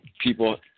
people